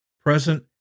present